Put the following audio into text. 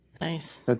Nice